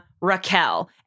Raquel